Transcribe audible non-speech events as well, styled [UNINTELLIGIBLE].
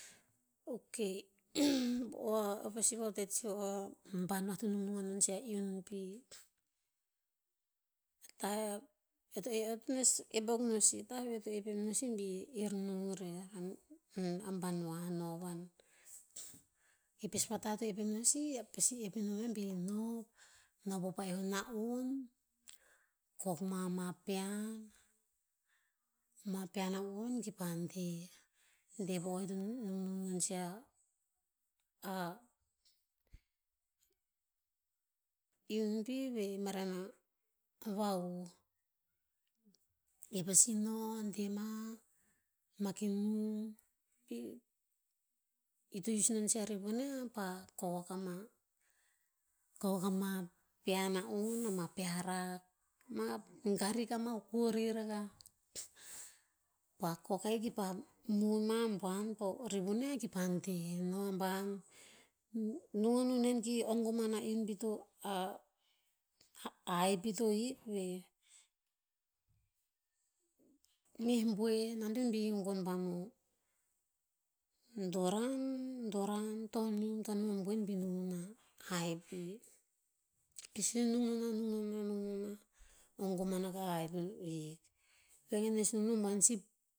Ok, [NOISE] oa a vesi voa te tso, banuah to nungnung a non tsa iun pih. [UNINTELLIGIBLE] eo to nes ep bok no sih, tah veh to epep no sih bir nung rer [HESITATION] a banuah, a novan. E pes pa tah epep no sih, pasi ep enom yia bi nov, nov po pa'eoh na'on, kok ma mah pean, ma pean na'on ki pah de. De po o i to nungnung non sih a- a, iun pih veh maren a vahuh. I pasi no, de mah, mah ki nung, pi, i to use i non sih a rivon niah pah, kokok ama. Kokok ama pia na'on ama pia rak. Ma garik ama kori ragah. Pah kok ahiki pah mu mam buan pah rivon niah ki pah de noh aban. Nu- nung a non nen ki ong koman a iun pi to a haih pi to hik veh, meh boen, antoen bi gon buan o doran, doran, tonim, toniun o boen bi nung nona ahiki. I sih nung nona, nung nona, nung nona, ong koman akah haih pi hik. Vegen to nes nung no buan sih